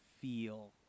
feel